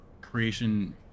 Creation